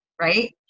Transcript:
Right